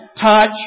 touch